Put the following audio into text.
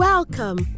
Welcome